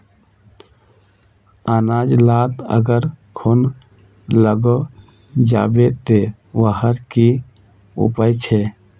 अनाज लात अगर घुन लागे जाबे ते वहार की उपाय छे?